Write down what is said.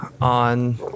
on